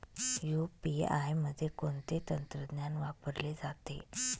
UPI मध्ये कोणते तंत्रज्ञान वापरले जाते?